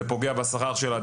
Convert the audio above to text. זה פוגע בשכר שלה.